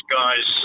guys